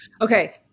Okay